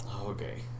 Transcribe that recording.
okay